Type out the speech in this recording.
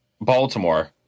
Baltimore